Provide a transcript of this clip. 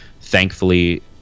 thankfully